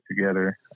together